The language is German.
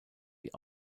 die